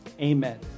Amen